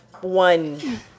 one